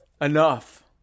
Enough